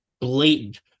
blatant